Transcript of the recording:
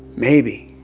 maybe.